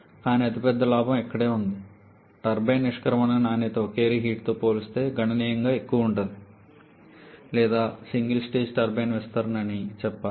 కానీ అతిపెద్ద లాభం ఇక్కడ ఉంది టర్బైన్ నిష్క్రమణ నాణ్యత ఒకే రీహీట్ తో పోలిస్తే గణనీయంగా ఎక్కువగా ఉంటుంది లేదా నేను సింగిల్ స్టేజ్ టర్బైన్ విస్తరణ అని చెప్పాలి